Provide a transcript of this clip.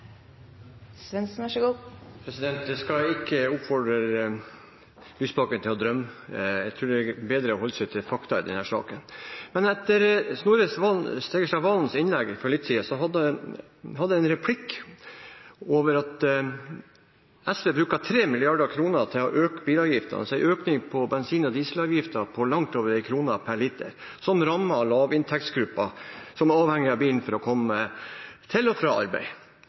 bedre å holde seg til fakta i denne saken. Etter Snorre Serigstad Valens innlegg for litt siden, hadde jeg en replikk om at SV bruker 3 mrd. kr til å øke bilavgiften, altså en økning i bensin- og dieselavgiften på langt over 1 kr per liter, som rammer lavinntektsgrupper som er avhengig av bilen for å komme til og fra arbeid.